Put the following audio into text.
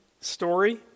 story